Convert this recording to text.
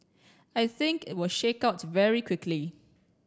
I think it will shake out very quickly